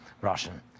Russian